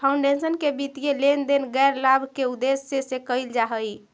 foundation के वित्तीय लेन देन गैर लाभ के उद्देश्य से कईल जा हई